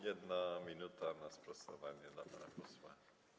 1 minuta na sprostowanie dla pana posła.